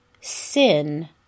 Sin